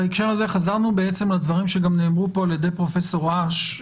בהקשר הזה חזרנו בעצם על הדברים שגם נאמרו פה על ידי פרופ' אש,